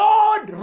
Lord